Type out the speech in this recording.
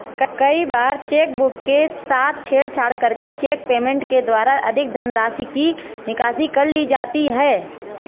कई बार चेकबुक के साथ छेड़छाड़ करके चेक पेमेंट के द्वारा अधिक धनराशि की निकासी कर ली जाती है